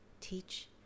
teach